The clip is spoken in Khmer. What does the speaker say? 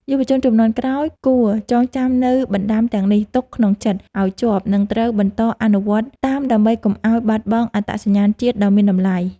យុវជនជំនាន់ក្រោយគួរចងចាំនូវបណ្តាំទាំងនេះទុកក្នុងចិត្តឱ្យជាប់ និង ត្រូវបន្តអនុវត្តតាមដើម្បីកុំឱ្យបាត់បង់អត្តសញ្ញាណជាតិដ៏មានតម្លៃ។